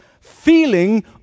feeling